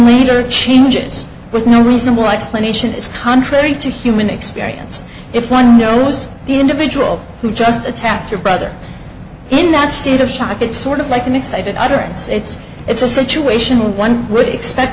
later changes with no reasonable i explain it's contrary to human experience if one knows the individual who just attacked your brother in that state of shock it's sort of like an excited utterance it's it's a situation where one would expect